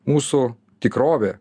mūsų tikrovė